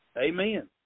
Amen